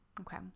Okay